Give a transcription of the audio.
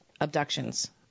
abductions